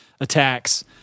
attacks